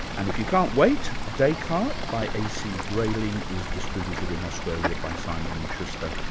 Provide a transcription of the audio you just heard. and if you can't wait, descartes by a. c. grayling is distributed in australia by simon and schuster.